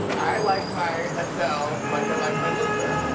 i like my adele like i like my luther.